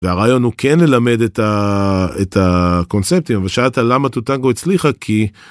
והרעיון הוא כן ללמד את הקונספטים, אבל שאלת למה טוטנגו הצליחה כי...